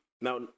now